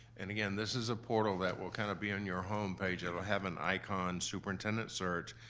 and again, this is a portal that will kind of be on your homepage, it'll have an icon superintendent search,